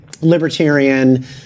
libertarian